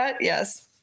Yes